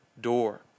door